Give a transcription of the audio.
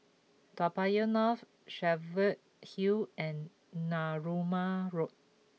Toa Payoh North Cheviot Hill and Narooma Road